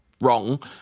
wrong